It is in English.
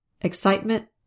excitement